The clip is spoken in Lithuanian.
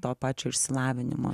to pačio išsilavinimo